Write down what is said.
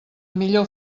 millor